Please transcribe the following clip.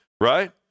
right